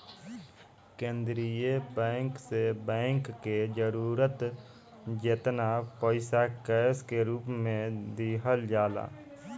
केंद्रीय बैंक से बैंक के जरूरत जेतना पईसा कैश के रूप में दिहल जाला